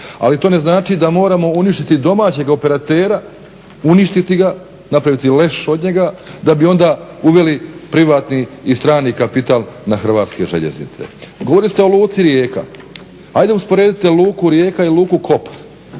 Ali to ne znači da moramo uništiti domaćeg operatera, uništiti ga, napraviti leš od njega da bi onda uveli privatni i strani kapital na Hrvatske željeznice. Govorili ste o Luci Rijeka, ajde usporedite Luku Rijeka i Luku Koper.